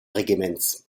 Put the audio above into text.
regiments